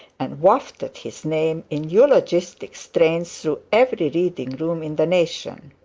and wafted his name in eulogistic strains through every reading-room in the nation.